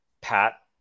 Pat